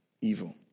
evil